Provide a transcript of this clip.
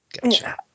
Gotcha